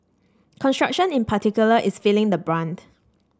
construction in particular is feeling the brunt